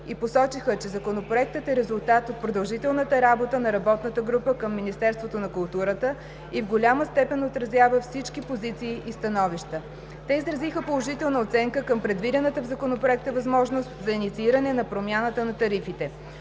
и посочиха, че Законопроектът е резултат от продължителната работа на работната група към Министерството на културата и в голяма степен отразява всички позиции и становища. Те изразиха положителна оценка към предвидената в Законопроекта възможност за иницииране на промяна на тарифите.